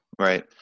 Right